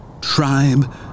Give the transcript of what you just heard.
tribe